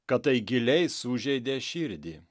kad tai giliai sužeidė širdį